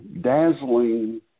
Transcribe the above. dazzling